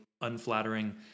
unflattering